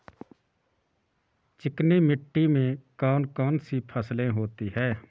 चिकनी मिट्टी में कौन कौन सी फसलें होती हैं?